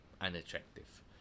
unattractive